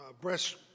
breast